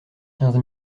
quinze